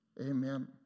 amen